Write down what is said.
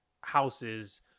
houses